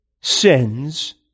sins